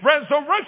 resurrection